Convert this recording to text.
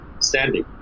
standing